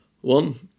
One